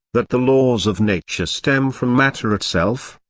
that the laws of nature stem from matter itself,